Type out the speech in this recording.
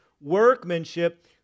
workmanship